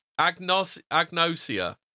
Agnosia